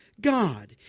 God